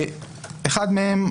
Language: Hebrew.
אחד מהם,